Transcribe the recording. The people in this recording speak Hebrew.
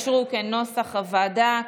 כנוסח הוועדה,